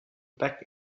back